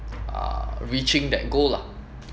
uh reaching that goal lah